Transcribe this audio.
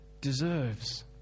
deserves